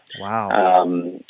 Wow